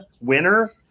winner